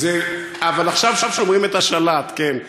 אבל עכשיו שומרים את השלט, כן.